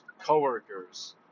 coworkers